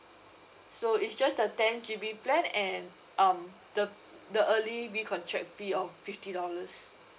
so it's just the ten G_B plan and um the the early recontract fee of fifty dollars